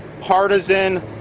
partisan